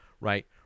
right